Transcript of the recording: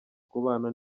kubana